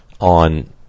on